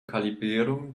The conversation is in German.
kalibrierung